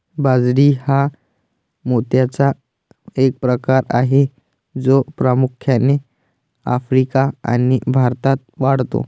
बाजरी हा मोत्याचा एक प्रकार आहे जो प्रामुख्याने आफ्रिका आणि भारतात वाढतो